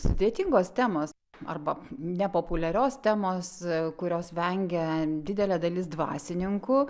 sudėtingos temos arba nepopuliarios temos kurios vengia didelė dalis dvasininkų